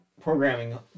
programming